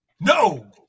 No